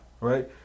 Right